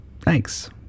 Thanks